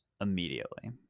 immediately